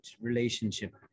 relationship